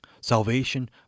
Salvation